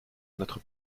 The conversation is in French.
notre